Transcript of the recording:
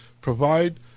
provide